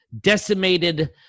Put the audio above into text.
decimated